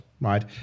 right